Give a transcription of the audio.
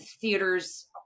theater's